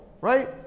Right